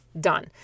done